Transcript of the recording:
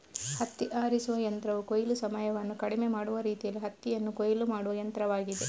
ಹತ್ತಿ ಆರಿಸುವ ಯಂತ್ರವು ಕೊಯ್ಲು ಸಮಯವನ್ನು ಕಡಿಮೆ ಮಾಡುವ ರೀತಿಯಲ್ಲಿ ಹತ್ತಿಯನ್ನು ಕೊಯ್ಲು ಮಾಡುವ ಯಂತ್ರವಾಗಿದೆ